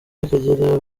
y’akagera